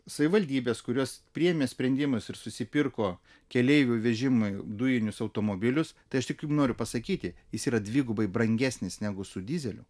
savivaldybės kurios priėmė sprendimus ir susipirko keleivių vežimui dujinius automobilius tai aš tik kaip noriu pasakyti jis yra dvigubai brangesnis negu su dyzeliu